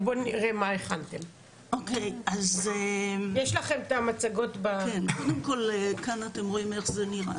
(הצגת מצגת) כאן אתם רואים איך זה נראה.